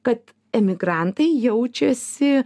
kad emigrantai jaučiasi